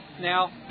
Now